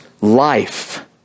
life